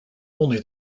only